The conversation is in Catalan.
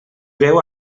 veu